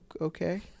okay